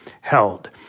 held